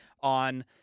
on